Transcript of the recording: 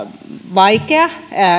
vaikea